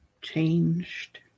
changed